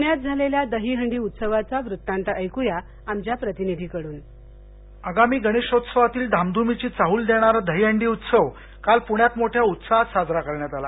पण्यात झालेल्या दहीहंडी उत्सवाचा वृत्तांत ऐक्या आमच्या प्रतिनिधीकडून आगामी गणेशउत्सवाची धामधुमीची चाहूल देणारा दहिहंडी उत्सव काल पुण्यात मोठ्या उत्साहात साजरा करण्यात आला